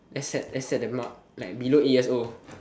accept accept that mark like below eight years old